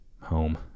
home